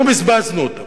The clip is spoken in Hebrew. אנחנו בזבזנו אותה.